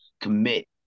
commit